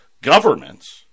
governments